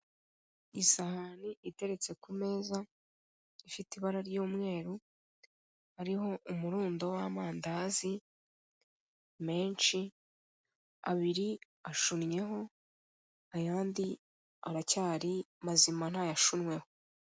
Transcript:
Isahani iteretse ku meza, ifite ibara ry'umweru hariho umurundo w'amandazi menshi, abiri ashunnyeho, ayandi aracyari mazima ntayashunyweho.